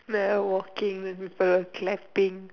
while walking per clapping